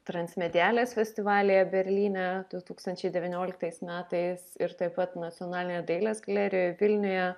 transimedialės festivalyje berlyne du tūkstančiai devynioliktais metais ir taip pat nacionalinėje dailės galerijoje vilniuje